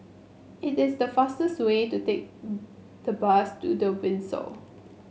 it is the fastest way to take the bus to The Windsor